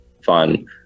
fun